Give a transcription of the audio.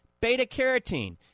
Beta-carotene